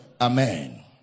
Amen